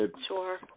Sure